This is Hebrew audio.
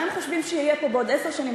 מה הם חושבים שיהיה פה בעוד עשר שנים,